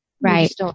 Right